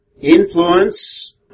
influence